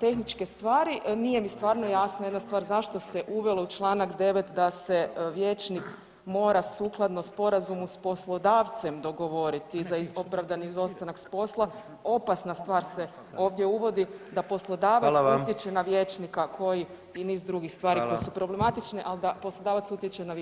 tehničke stvari, nije mi stvarno jasno jedna stvar, zašto se uvelo u čl. 9. da se vijećnik mora sukladno sporazumu s poslodavcem dogovoriti za opravdani izostanak s posla, opasna stvar se ovdje uvodi, da poslodavac [[Upadica: Hvala vam]] utječe na vijećnika koji i niz drugih stvari koje su problematične [[Upadica: Hvala vam]] , al da poslodavac utječe na vijećnika.